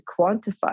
quantify